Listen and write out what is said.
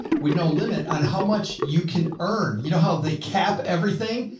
we'd no limit on how much you can earn, you know, how they cap everything.